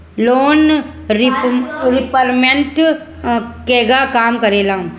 Loan repayment केगा काम करेला?